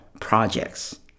projects